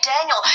Daniel